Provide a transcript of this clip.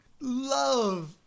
Love